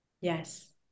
Yes